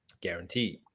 guaranteed